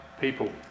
people